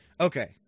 Okay